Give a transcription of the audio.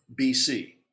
BC